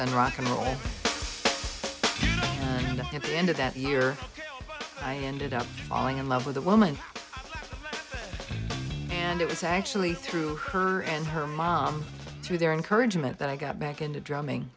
and rock n roll with the end of that year i ended up falling in love with a woman and it was actually through her and her mom through their encouragement that i got back into drumming